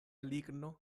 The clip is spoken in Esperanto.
ligno